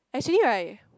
actually right